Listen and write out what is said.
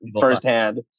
firsthand